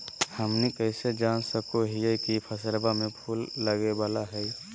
हमनी कइसे जान सको हीयइ की फसलबा में फूल लगे वाला हइ?